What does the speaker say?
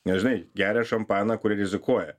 nes žinai geria šampaną kurie rizikuoja